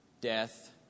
death